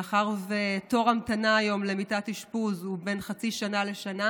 מאחר שתור המתנה היום למיטת אשפוז הוא בין חצי שנה לשנה,